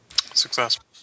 Successful